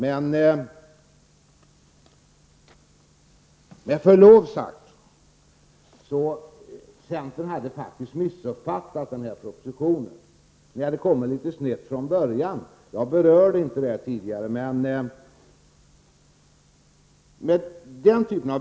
Men med förlov sagt: centern hade faktiskt missuppfattat propositionen. Ni hade kommit litet snett från början, men jag berörde inte det tidigare.